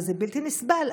וזה בלתי נסבל.